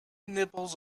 nibbles